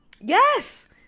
Yes